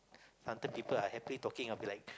sometime people are happily talking I'll be like